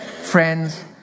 Friends